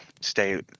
stay